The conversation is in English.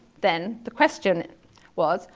then the question was,